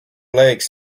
lakes